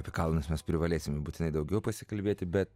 apie kalnus mes privalėsime būtinai daugiau pasikalbėti bet